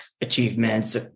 achievements